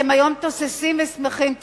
אתם היום תוססים ושמחים.